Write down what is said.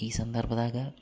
ಈ ಸಂದರ್ಭದಾಗ